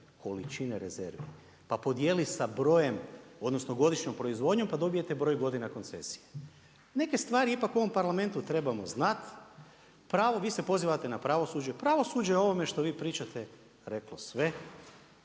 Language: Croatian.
količine rezervi, pa podijeli sa brojem odnosno godišnjom proizvodnjom pa dobijete broj godina koncesije. Neke stvari ipak u ovom Parlamentu trebamo znati. Pravo, vi se pozivate na pravosuđe. Pravosuđe je o ovome što vi pričate reklo sve.